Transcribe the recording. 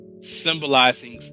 symbolizing